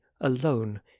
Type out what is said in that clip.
alone